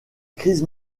crise